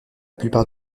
plupart